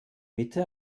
mitte